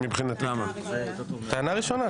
טענה ראשונה.